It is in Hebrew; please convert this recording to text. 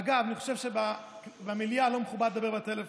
אגב, אני חושב שבמליאה לא מכובד לדבר בטלפון.